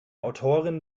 autorin